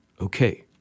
Okay